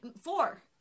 Four